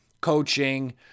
coaching